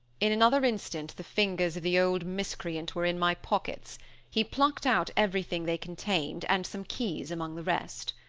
in another instant the fingers of the old miscreant were in my pockets he plucked out everything they contained, and some keys among the rest.